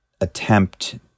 attempt